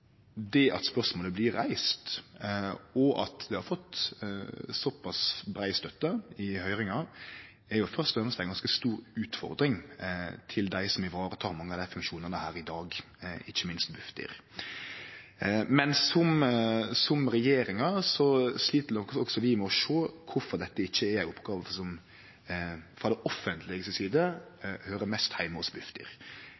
spørsmålet blir reist, og at det har fått såpass brei støtte i høyringa, først og fremst er ei ganske stor utfordring for dei som varetek mange av funksjonane i dag, ikkje minst Bufdir. Som regjeringa gjer, slit også vi med å sjå kvifor dette ikkje er ei oppgåve som frå det offentlege si side